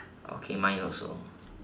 okay mine also